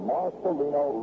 Marcelino